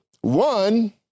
One